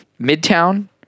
Midtown